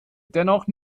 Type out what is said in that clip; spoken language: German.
dennoch